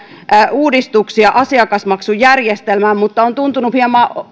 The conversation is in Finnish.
uudistuksia myös asiakasmaksujärjestelmään mutta on tuntunut hieman